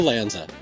Lanza